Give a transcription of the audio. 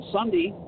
Sunday